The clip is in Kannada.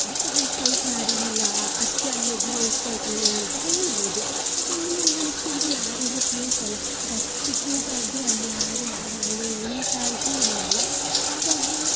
ದುಃಖ ಹಂಚ್ಕೊಂಬ್ಕೆ ಯಾರಿಲ್ಲ ಅದಕ್ಕೆ ಅಲ್ಲೋಗಿ ಹಂಚಿಕೊಳ್ತೇನೆ ಅಂತ ಹೇಳ್ಬೋದು ಯಾಕಂದರೆ ನಾನು ಹಂಚ್ಕೊಂಡರೂ ಯಾರಿಗೂ ಕೇಳಿಸಲ್ಲ ಗಟ್ಟಿ ಕೂಗಾಡಿದ್ರೂ ಅಲ್ಯಾರೂ ಇಲ್ಲ ಮನೆ ಎಂಥಂತೂ ಇಲ್ಲ ಅಲಾ ಹಾಗಾಗಿ